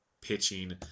pitching